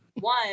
one